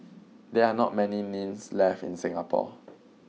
there are not many kilns left in Singapore